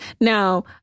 Now